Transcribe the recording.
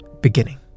beginning